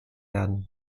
werden